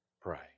pray